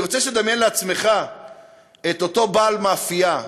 אני רוצה שתדמיין לעצמך את אותו בעל מאפייה,